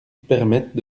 permettent